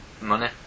Money